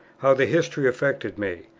how the history affected me.